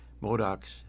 Modocs